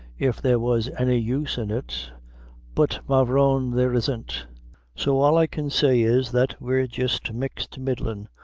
if there was any use in it but, mavrone, there isn't so all i can say is, that we're jist mixed middlin',